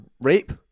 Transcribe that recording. rape